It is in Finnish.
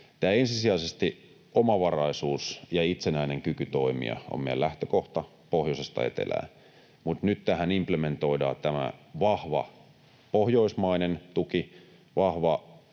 Tämä, ensisijaisesti omavaraisuus ja itsenäinen kyky toimia, on meidän lähtökohta pohjoisesta etelään, mutta nyt tähän implementoidaan tämä vahva pohjoismainen tuki, vahva